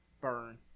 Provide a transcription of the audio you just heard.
Burn